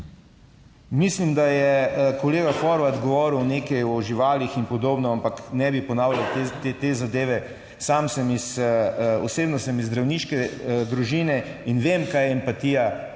Mislim, da je kolega Horvat govoril nekaj o živalih in podobno, ampak ne bi ponavljal te zadeve. Sam sem iz, osebno sem iz zdravniške družine in vem kaj je empatija